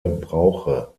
brauche